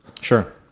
Sure